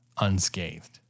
unscathed